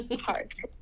hard